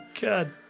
God